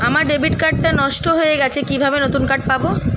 আমার debit card টা নষ্ট হয়ে গেছে কিভাবে নতুন কার্ড পাব?